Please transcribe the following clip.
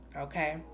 okay